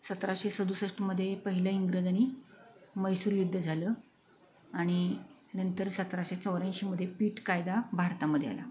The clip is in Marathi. सतराशे सदुसष्टमध्ये पहिला इंग्रज आणि म्हैसूर युद्ध झालं आणि नंतर सतराशे चौऱ्याऐंशीमध्ये पिट कायदा भारतामध्ये आला